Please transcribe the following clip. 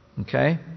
Okay